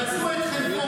בשם מה,